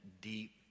deep